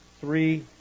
three